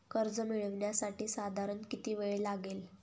कर्ज मिळविण्यासाठी साधारण किती वेळ लागेल?